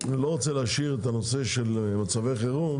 לא רוצה להשאיר את הנושא של מצבי חירום,